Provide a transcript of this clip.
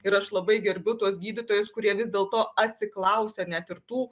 ir aš labai gerbiu tuos gydytojus kurie vis dėlto atsiklausia net ir tų